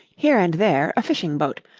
here and there a fishing-boat,